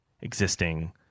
existing